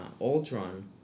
Ultron